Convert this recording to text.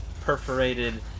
perforated